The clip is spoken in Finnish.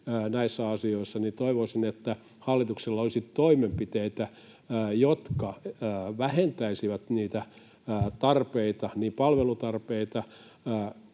näissä asioissa, toivoisin, että hallituksella olisi toimenpiteitä, jotka vähentäisivät niitä tarpeita, palvelutarpeita,